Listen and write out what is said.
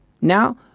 Now